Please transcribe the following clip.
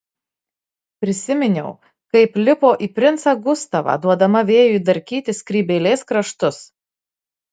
prisiminiau kaip lipo į princą gustavą duodama vėjui darkyti skrybėlės kraštus